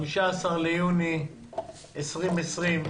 15 ביוני 2020,